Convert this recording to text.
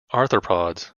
arthropods